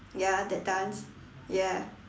ya that dance ya